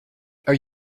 are